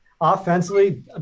Offensively